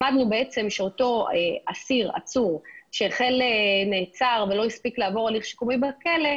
למדנו שאותו אסיר/עצור שנעצר ולא הספיק לעבור הליך שיקומי בכלא,